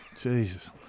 Jesus